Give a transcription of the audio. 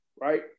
right